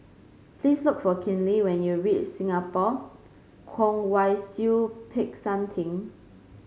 please look for Kinley when you reach Singapore Kwong Wai Siew Peck San Theng